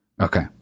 Okay